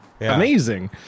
Amazing